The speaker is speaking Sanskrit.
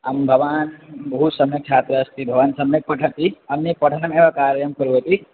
आं भवान् बहु सम्यक् छात्रः अस्ति भवान् सम्यक् पठति अन्यत् पठनमेव कार्यं करोति